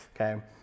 okay